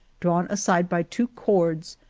drawn aside by two cords,